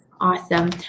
awesome